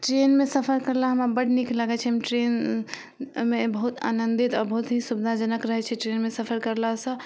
ट्रेनमे सफर करला हमरा बड नीक लगै छै हम ट्रेनमे बहुत ही आनंदित आओर बहुत ही सुबिधाजनक रहै छै ट्रेनमे सफर करला सऽ